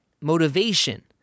motivation